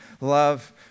love